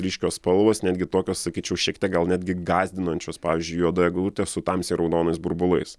ryškios spalvos netgi tokios sakyčiau šiek tiek gal netgi gąsdinančios pavyzdžiui juoda eglutė su tamsiai raudonais burbulais